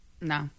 No